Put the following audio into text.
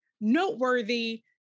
noteworthy